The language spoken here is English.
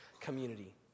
community